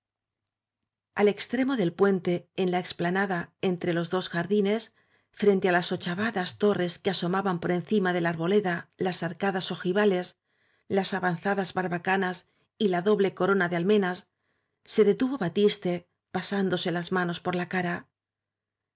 al extremo del puente en la explanada entre los dos jardines frente á las ochavadas torres que asomaban por encima de la arboleda las arcadas ojivales las avanzadas barbacanas y la doble corona de almenas se detuvo batiste pasándose las manos por la cara